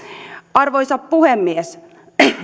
arvoisa puhemies